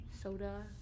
Soda